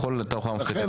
לכן,